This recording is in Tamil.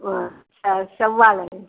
ம் செ செவ்வாழை